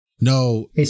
No